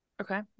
Okay